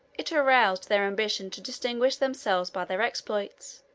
it aroused their ambition to distinguish themselves by their exploits,